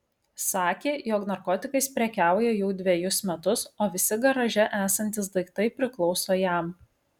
sakė jog narkotikais prekiauja jau dvejus metus o visi garaže esantys daiktai priklauso jam